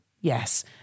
yes